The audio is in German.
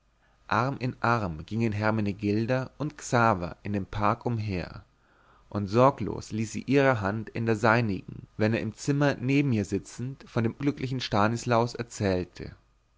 arm in arm gingen hermenegilda und xaver in dem park umher und sorglos ließ sie ihre hand in der seinigen wenn er im zimmer neben ihr sitzend von dem glücklichen stanislaus erzählte